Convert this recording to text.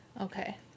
Okay